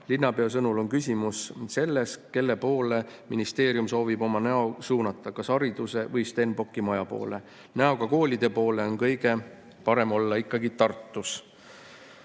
Linnapea sõnul on küsimus selles, kelle poole ministeerium soovib oma näo suunata, kas hariduse või Stenbocki maja poole, näoga koolide poole on kõige parem olla ikkagi Tartus.